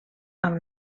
amb